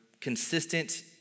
Consistent